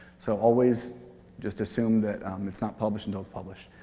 so always just assume that it's not published until it's published.